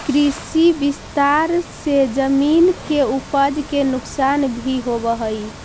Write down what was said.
कृषि विस्तार से जमीन के उपज के नुकसान भी होवऽ हई